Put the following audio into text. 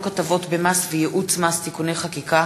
הטבות במס וייעוץ מס (תיקוני חקיקה),